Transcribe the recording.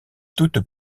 toute